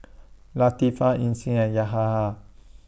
Latifa Isnin and Yahaha